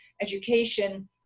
education